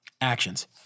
Actions